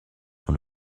sur